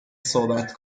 صحبت